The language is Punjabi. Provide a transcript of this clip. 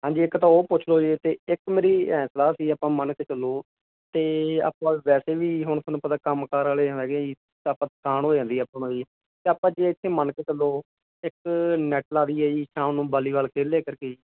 ਹਾਂਜੀ ਇੱਕ ਤਾਂ ਉਹ ਪੁੱਛ ਲਓ ਜੀ ਅਤੇ ਇੱਕ ਮੇਰੀ ਐਂ ਸਲਾਹ ਸੀ ਆਪਾਂ ਮਨ ਕੇ ਚੱਲੋ ਅਤੇ ਆਪਾਂ ਵੈਸੇ ਵੀ ਹੁਣ ਤੁਹਾਨੂੰ ਪਤਾ ਕੰਮਕਾਰ ਵਾਲੇ ਹਾਂ ਹੈਗੇ ਜੀ ਤਾਂ ਆਪਾਂ ਥਕਾਨ ਹੋ ਜਾਂਦੀ ਆਪਾਂ ਨੂੰ ਜੀ ਅਤੇ ਆਪਾਂ ਜੇ ਇੱਥੇ ਮਨ ਕੇ ਚੱਲੋ ਇੱਕ ਨੈਟ ਲਾ ਦੇਈਏ ਜੀ ਸ਼ਾਮ ਨੂੰ ਵਾਲੀਬਾਲ ਖੇਡ ਲਿਆ ਕਰਕੇ ਜੀ